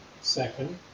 Second